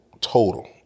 total